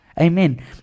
Amen